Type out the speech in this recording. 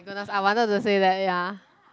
don't laugh I wanted to say that ya